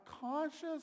conscious